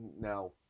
Now